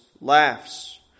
laughs